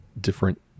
different